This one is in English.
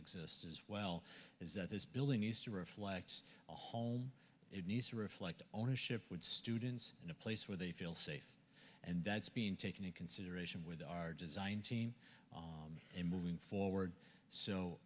exist as well is that this building used to reflect a home it needs to reflect ownership would students in a place where they feel safe and that's being taken in consideration with our design team in moving forward so